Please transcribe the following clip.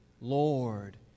Lord